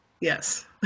Yes